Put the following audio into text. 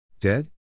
Dead